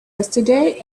yesterday